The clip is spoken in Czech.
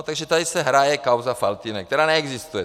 Takže tady se hraje kauza Faltýnek, která neexistuje.